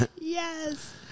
Yes